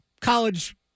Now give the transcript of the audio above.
college